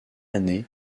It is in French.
année